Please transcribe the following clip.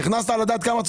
נכנסת לדעת כמה?